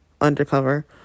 undercover